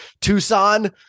Tucson